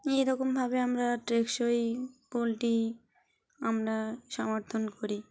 এইরকমভাবে আমরা টেকসই পোলট্রি আমরা সমর্থন করি